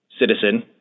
citizen